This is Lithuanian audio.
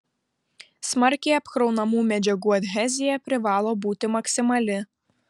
smarkiai apkraunamų medžiagų adhezija privalo būti maksimali